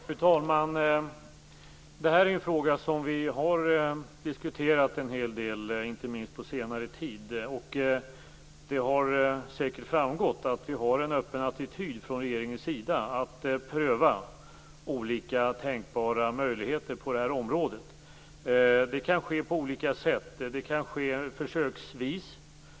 Fru talman! Det här är en fråga som vi har diskuterat en hel del, inte minst på senare tid. Det har säkerligen framgått att vi från regeringens sida har en öppen attityd att pröva olika tänkbara möjligheter på det här området. Det kan ske på olika sätt. Det kan ske försöksvis.